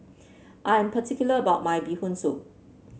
I am particular about my Bee Hoon Soup